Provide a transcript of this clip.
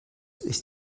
ist